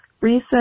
recent